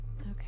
Okay